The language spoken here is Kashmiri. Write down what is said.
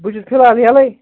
بہٕ چھُس فِلحال یَلَے